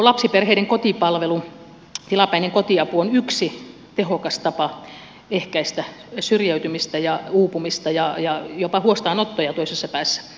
lapsiperheiden kotipalvelu tilapäinen kotiapu on yksi tehokas tapa ehkäistä syrjäytymistä ja uupumista ja jopa huostaanottoja toisessa päässä